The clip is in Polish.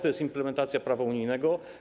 To jest implementacja prawa unijnego.